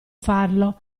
farlo